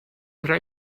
could